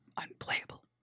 unplayable